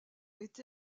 été